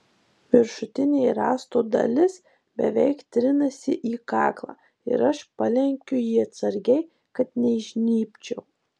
viršutinė rąsto dalis beveik trinasi į kaklą ir aš palenkiu jį atsargiai kad neįžnybčiau